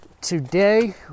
Today